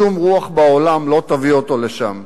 שום רוח בעולם לא תביא אותו לשם.